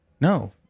No